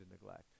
neglect